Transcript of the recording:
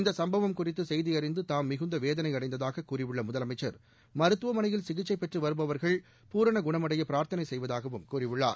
இந்த சும்பவம் குறித்து சுசுப்தி அறிந்து தாம் மிகுந்த வேதளை அடைந்ததாக கூறியுள்ள முதலமைச்சா் மருத்துவமனையில் சிகிச்சை பெற்று வருபவா்கள் பூரண குணமடைய பிராா்த்தனை செய்வதாகவும் கூறியுள்ளார்